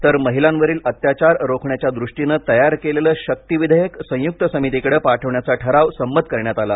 तर महिलांवरील अत्याचार रोखण्याच्या दृष्टीने तयार केलेलं शक्ती विधेयक संयुक्त समितीकडे पाठविण्याचा ठराव संमत करण्यात आला